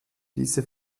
diese